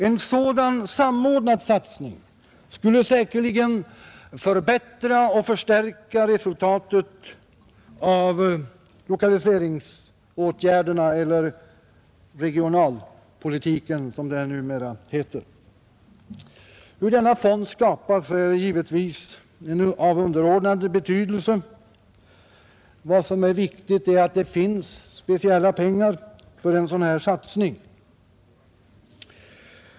En sådan samordnad satsning skulle säkerligen förbättra och förstärka resultatet av lokaliseringsåtgärderna — eller regionalpolitiken som det numera heter. Hur denna fond skapas är givetvis av underordnad betydelse. Vad som är viktigt är att det finns speciella pengar för en sådan satsning.